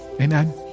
Amen